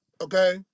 Okay